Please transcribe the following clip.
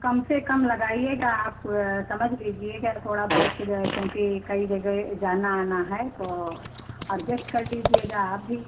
कम से कम लगाइएगा आप थोड़ा समझ लीजिएगा थोड़ा बहुत हो जाए क्योंकि कई जगह जाना आना है तो अडजेस्ट कर लीजिएगा आप भी